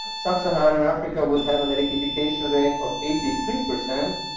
sub-saharan africa would have an electrification rate of eighty three percent,